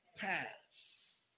Pass